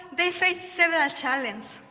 they face several challenges.